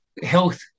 health